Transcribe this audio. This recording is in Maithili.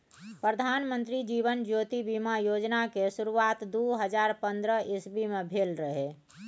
प्रधानमंत्री जीबन ज्योति बीमा योजना केँ शुरुआत दु हजार पंद्रह इस्बी मे भेल रहय